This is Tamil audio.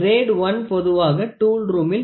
கிரேட் 1 பொதுவாக டூல் ரூமில்